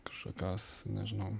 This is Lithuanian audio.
kažkokios nežinau